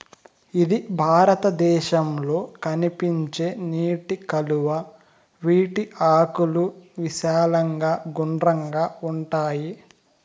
ఇది భారతదేశంలో కనిపించే నీటి కలువ, వీటి ఆకులు విశాలంగా గుండ్రంగా ఉంటాయి